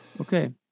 Okay